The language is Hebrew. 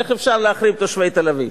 איך אפשר להחרים תושבי תל-אביב?